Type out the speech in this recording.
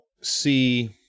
see